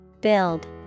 Build